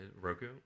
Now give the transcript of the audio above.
Roku